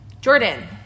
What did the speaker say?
jordan